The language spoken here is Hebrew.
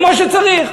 כמו שצריך.